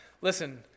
Listen